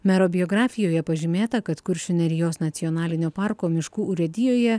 mero biografijoje pažymėta kad kuršių nerijos nacionalinio parko miškų urėdijoje